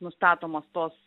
nustatomos tos